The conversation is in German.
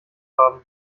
haben